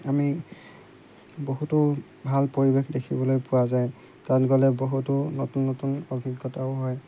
আমি বহুতো ভাল পৰিৱেশ দেখিবলৈ পোৱা যায় তাত গ'লে বহুতো নতুন নতুন অভিজ্ঞতাও হয়